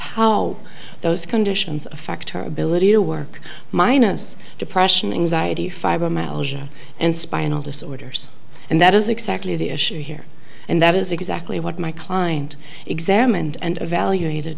how those conditions affect her ability to work minus depression anxiety fibromyalgia and spinal disorders and that is exactly the issue here and that is exactly what my client examined and evaluated